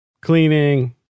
cleaning